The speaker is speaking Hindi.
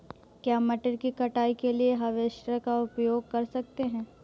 क्या मटर की कटाई के लिए हार्वेस्टर का उपयोग कर सकते हैं?